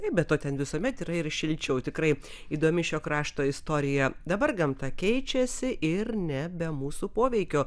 be to ten visuomet yra ir šilčiau tikrai įdomi šio krašto istorija dabar gamta keičiasi ir ne be mūsų poveikio